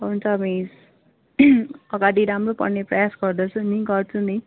हुन्छ मिस अगाडि राम्रो पढ्ने प्रयास गर्दछु नि गर्छु नि